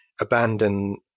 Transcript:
abandon